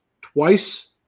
twice